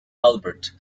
albert